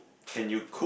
can you cook